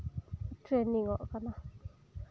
ᱴᱨᱮᱱᱤᱝᱚᱜ ᱠᱟᱱᱟ